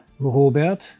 Robert